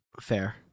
Fair